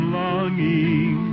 longing